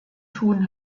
tun